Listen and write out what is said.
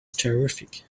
terrific